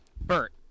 Bert